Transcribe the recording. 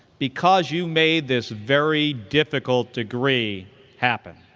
because you made this very difficult degree happen.